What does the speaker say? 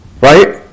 Right